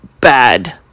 bad